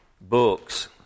books